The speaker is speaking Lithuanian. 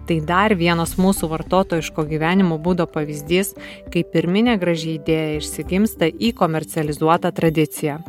tai dar vienas mūsų vartotojiško gyvenimo būdo pavyzdys kai pirminė graži idėja išsigimsta į komercializuotą tradiciją